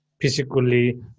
physically